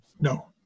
No